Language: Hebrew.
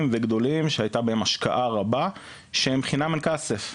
וגדולים שהיתה בהם השקעה רבה שהם חינם אין כסף.